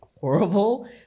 horrible